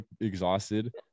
exhausted